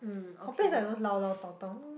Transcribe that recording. complain is like those 唠唠叨叨